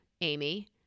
Amy